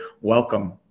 Welcome